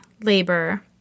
labor